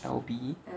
albe